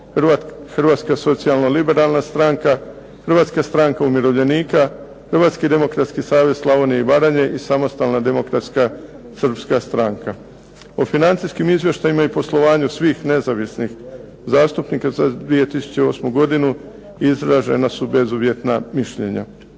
Hrvatska socijalno liberalna stranka, Hrvatska stranka umirovljenika, Hrvatski demokratski savez Slavonije i Baranje i Samostalna demokratska srpska stranka. O financijskim izvještajima i poslovanju svih nezavisnih zastupnika za 2008. godinu izražena su bezuvjetna mišljenja.